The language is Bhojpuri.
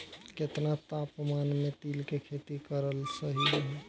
केतना तापमान मे तिल के खेती कराल सही रही?